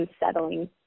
unsettling